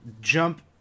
jump